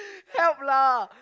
help lah